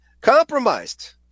compromised